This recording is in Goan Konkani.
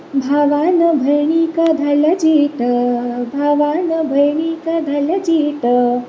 भावान भयणीक धाडल्या चीट भावान भयणीक धाडल्या चीट